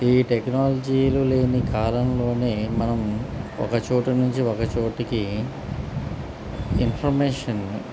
ఈ టెక్నాలజీలు లేని కాలంలోనే మనం ఒక చోటు నుంచి ఒక చోటికి ఇన్ఫర్మేషన్